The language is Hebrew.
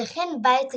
שכן בית גדול.